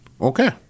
Okay